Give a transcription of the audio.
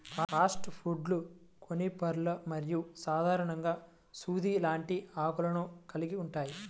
soft వుడ్లు కోనిఫర్లు మరియు సాధారణంగా సూది లాంటి ఆకులను కలిగి ఉంటాయి